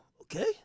Okay